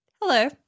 Hello